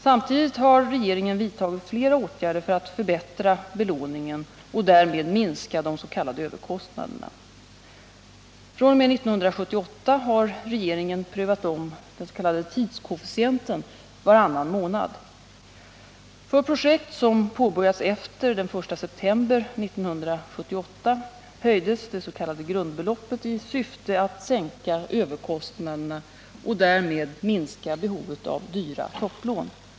Samtidigt har regeringen vidtagit flera åtgärder för att förbättra belåningen och därigenom minska dess.k. överkostnaderna. fr.o.m. år 1978 har regeringen omprövat den s.k. tidskoefficienten varannan månad. För projekt som påbörjats efter den 1 september 1978 höjdes det s.k. grundbeloppet i syfte att sänka överkostnaderna och därmed minska behovet av dyra topplån.